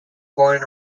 born